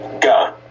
go